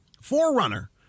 Forerunner